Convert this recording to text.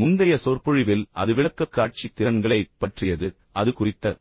முந்தைய சொற்பொழிவில் அது விளக்கக்காட்சி திறன்களைப் பற்றியது அது விளக்கக்காட்சி திறன்கள் குறித்த